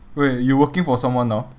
wait you working for someone now